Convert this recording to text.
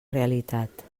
realitat